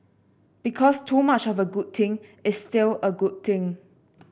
because too much of a good thing is still a good thing